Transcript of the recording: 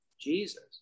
jesus